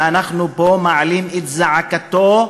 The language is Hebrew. ואנחנו פה מעלים את זעקתו,